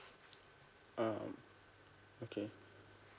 uh okay